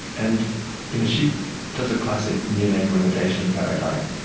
and you know she does a classic neonatal imitation paradigm,